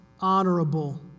honorable